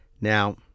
Now